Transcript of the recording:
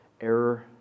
error